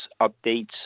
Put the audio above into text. updates